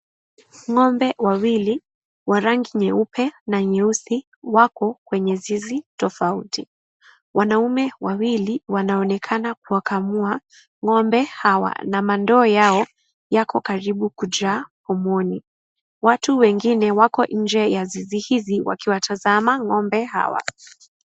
Ng'ombe wawili wa rangi nyeupe na nyeusi wako kwenye zizi tofauti. Wanaume wawili wanaonekana kuwakamua ng'ombe hawa na ndoo zao ziko karibu kujaa pomoni. Watu wengine wako nje ya zizi hizi wakiwatazama ng'ombe hawa.